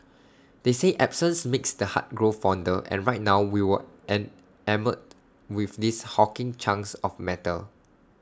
they say absence makes the heart grow fonder and right now we were an enamoured with these hulking chunks of metal